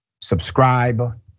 subscribe